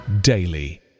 daily